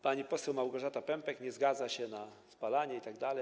Pani poseł Małgorzata Pępek nie zgadza się na spalanie itd.